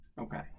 Okay